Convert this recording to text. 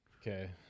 Okay